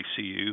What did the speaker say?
ICU